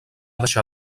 deixar